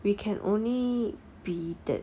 we can only be that